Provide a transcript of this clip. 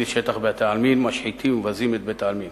2009): ב"ידיעות חיפה" פורסם כי בית-העלמין